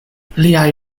liaj